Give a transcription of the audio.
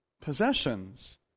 possessions